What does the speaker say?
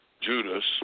Judas